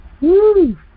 Woo